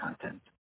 content